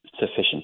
sufficient